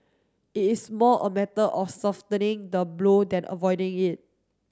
it is more a matter of softening the blow than avoiding it